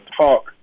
talk